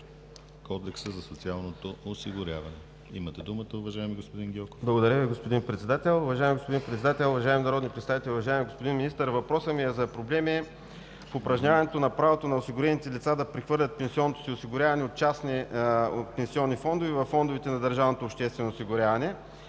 Кодекса за социалното осигуряване. Имате думата, уважаеми господин Гьоков. ГЕОРГИ ГЬОКОВ (БСП за България): Благодаря Ви, господин Председател. Уважаеми господин Председател, уважаеми народни представители, уважаеми господин Министър! Въпросът ми е за проблеми в упражняването на правото на осигурените лица да прехвърлят пенсионното си осигуряване от частни пенсионни фондове във фондовете на държавното обществено осигуряване.